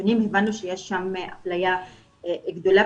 הבנו שיש שם אפליה גדולה.